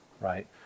right